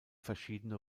verschiedene